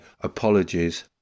apologies